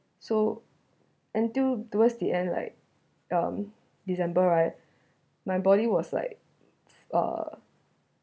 so until towards the end like um december right my body was like uh